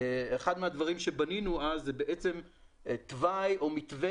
אחד הדברים שבנינו אז היה תוואי או מתווה